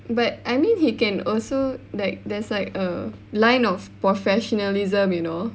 but I mean he can also like there's like a line of professionalism you know